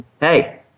Hey